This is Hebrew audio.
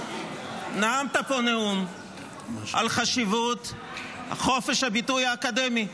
נאמת פה נאום על חשיבות חופש הביטוי האקדמי,